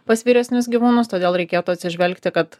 pas vyresnius gyvūnus todėl reikėtų atsižvelgti kad